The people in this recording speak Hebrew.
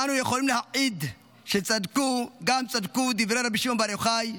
ואנו יכולים להעיד שצדקו גם צדקו דברי רבי שמעון בר יוחאי: